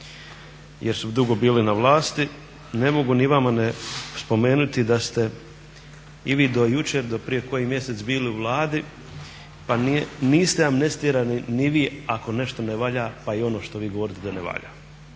jer su dugo bili na vlasti, ne mogu ni vama ne spomenuti da ste i vi do jučer, do prije koji mjesec bili u Vladi, pa niste amnestirani ni vi ako nešto ne valja pa i ono što vi govorite da ne valja.